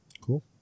Cool